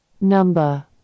number